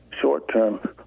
short-term